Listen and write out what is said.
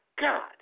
God